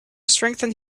strengthen